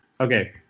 Okay